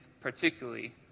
particularly